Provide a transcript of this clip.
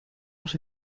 als